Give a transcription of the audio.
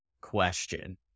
question